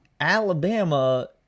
Alabama